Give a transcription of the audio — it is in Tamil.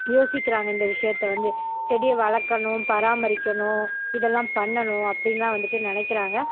யோசிக்கிறாங்க இந்த விஷயத்த வந்து செடியை வளர்க்கணும் பராமரிக்கணும் இதெல்லாம் பண்ணனும் அப்படின்லாம் வந்துட்டு நினைக்கிறாங்க